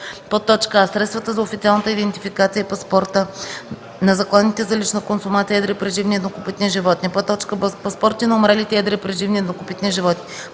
обект: а) средствата за официалната идентификация и паспорта на закланите за лична консумация едри преживни и еднокопитни животни; б) паспортите на умрелите едри преживни и еднокопитни животни;